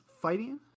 fighting